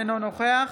אינו נוכח